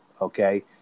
okay